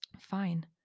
Fine